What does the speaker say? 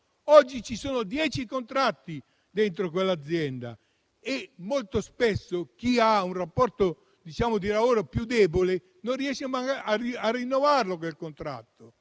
oggi ci sono dieci contratti all'interno della stessa azienda e molto spesso chi ha un rapporto di lavoro più debole magari non riesce a rinnovarlo, quel contratto.